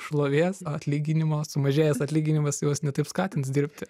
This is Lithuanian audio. šlovės atlyginimo sumažėjęs atlyginimas juos ne taip skatins dirbti